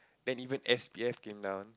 then even s_p_f came down